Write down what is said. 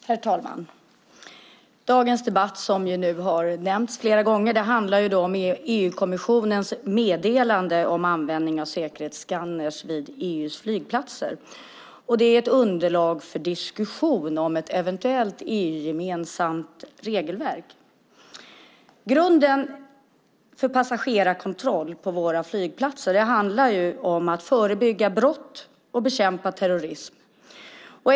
Herr talman! Dagens debatt handlar, vilket har nämnts flera gånger, om EU-kommissionens meddelande om användning av säkerhetsskannrar vid EU:s flygplatser. Det är ett underlag för diskussion om ett eventuellt EU-gemensamt regelverk. Grunden för passagerarkontroll på våra flygplatser handlar om att förebygga brott och bekämpa terrorism.